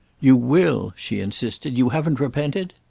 you will? she insisted. you haven't repented?